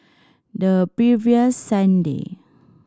the previous Sunday